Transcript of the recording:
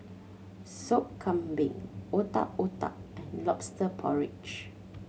Soup Kambing Otak Otak and Lobster Porridge